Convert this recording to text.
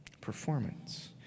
Performance